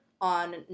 on